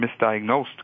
misdiagnosed